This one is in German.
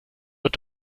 wird